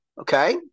Okay